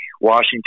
Washington